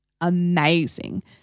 amazing